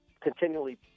continually